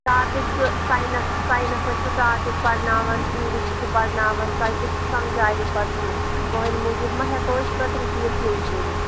topic چھُ science sciences چھُ topic pronoun English چھُ پرناوَن تۄہہِ کُس سَمجاوٕ پَتہٕ ہُہ تُہنٛدِ موٗجوٗب ما ہٮ۪کو أسۍ پَتہٕ رِپیٖٹ بَیٚیہِ کٔرِتھ